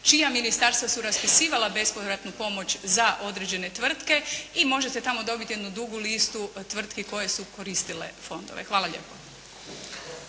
čija ministarstva su raspisivala bespovratnu pomoć za određene tvrtke i možete tamo dobiti jednu dugu listu tvrtki koje su koristile fondove. Hvala lijepo.